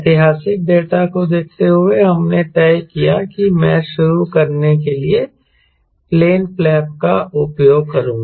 ऐतिहासिक डाटा को देखते हुए हमने तय किया कि मैं शुरू करने के लिए प्लेन फ्लैप का उपयोग करूंगा